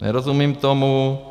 Nerozumím tomu.